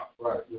right